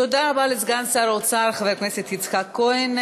תודה רבה לסגן שר האוצר חבר הכנסת יצחק כהן.